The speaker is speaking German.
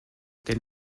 denn